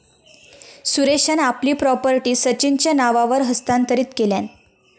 सुरेशान आपली प्रॉपर्टी सचिनच्या नावावर हस्तांतरीत केल्यान